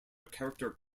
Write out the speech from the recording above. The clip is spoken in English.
character